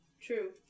True